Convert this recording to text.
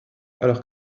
alors